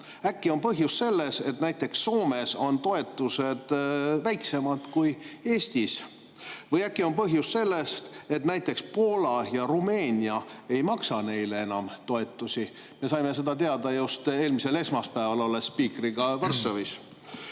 Äkki on põhjus selles, et Soomes on näiteks toetused väiksemad kui Eestis? Või äkki on põhjus selles, et näiteks Poola ja Rumeenia ei maksa neile enam toetusi? Me saime seda teada eelmisel esmaspäeval, kui spiikriga Varssavis